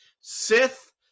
Sith